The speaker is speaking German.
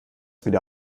wieder